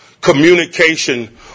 communication